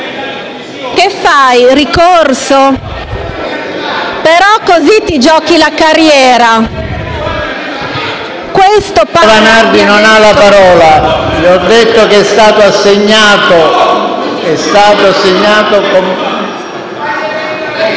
«Che fai, ricorso? Però così ti giochi la carriera».